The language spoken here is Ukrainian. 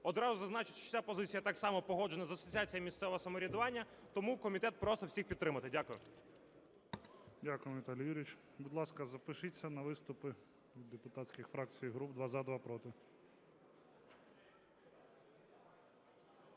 Одразу зазначу, що ця позиція так само погоджена з Асоціацією місцевого самоврядування, тому комітет просить всіх підтримати. Дякую. ГОЛОВУЮЧИЙ. Дякую вам, Віталій Юрійович. Будь ласка, запишіться на виступи від депутатських фракцій і груп: два – за, два – проти.